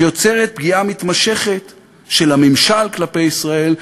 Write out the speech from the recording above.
שיוצרת פגיעה מתמשכת של הממשל כלפי ישראל,